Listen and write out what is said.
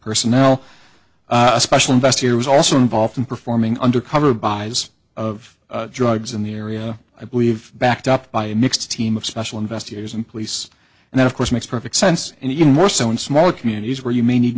personnel special investigator was also involved in performing undercover buys of drugs in the area i believe backed up by a mixed team of special investigators and police and that of course makes perfect sense and even more so in small communities where you may need